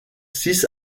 six